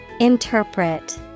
Interpret